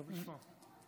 טוב לשמוע.